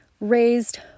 Raised